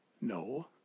No